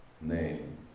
name